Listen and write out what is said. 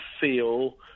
feel